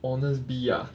honestbee ah